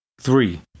Three